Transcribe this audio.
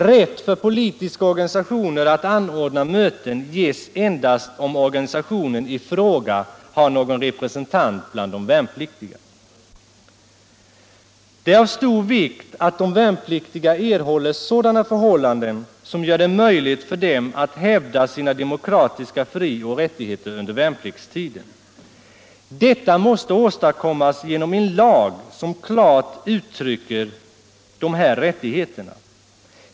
Rätt för politiska organisationer att anordna möten ges endast om organisationen i fråga har någon representant bland de värnpliktiga. Det är av stor vikt att de värnpliktigas förhållanden blir sådana att det blir möjligt för dem att hävda sina demokratiska frioch rättigheter under värnpliktstiden. Detta måste åstadkommas genom en lag som klart uttrycker dessa rättigheter.